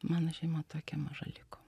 mano šeima tokia maža liko